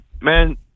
Man